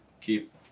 keep